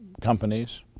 companies